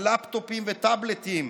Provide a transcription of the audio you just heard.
על לפטופים וטאבלטים,